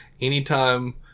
Anytime